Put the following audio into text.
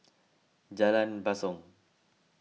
Jalan Basong